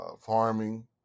farming